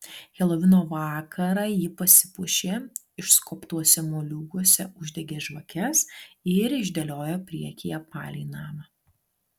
helovino vakarą ji pasipuošė išskobtuose moliūguose uždegė žvakes ir išdėliojo priekyje palei namą